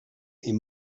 est